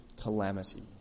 calamity